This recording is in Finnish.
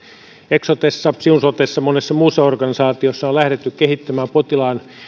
eksotessa siun sotessa monessa muussa organisaatiossa on lähdetty kehittämään potilaan